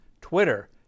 Twitter